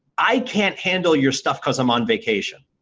i can't handle your stuff because i'm on vacation,